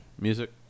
music